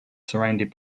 surrounded